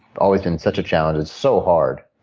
always been such a challenge. it's so hard.